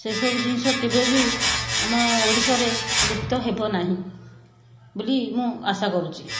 ସେ ସବୁ ଜିନିଷ କେବେ ବି ଆମ ଓଡ଼ିଶାରେ ଲୁପ୍ତ ହେବ ନାହିଁ ବୋଲି ମୁଁ ଆଶା କରୁଛି